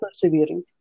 persevering